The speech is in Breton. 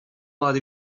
mat